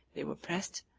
they were pressed,